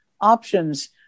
options